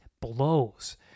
blows